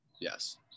Yes